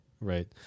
Right